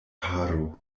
paro